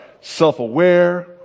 self-aware